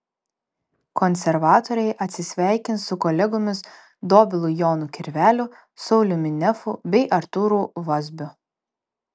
konservatoriai atsisveikins su kolegomis dobilu jonu kirveliu sauliumi nefu bei artūru vazbiu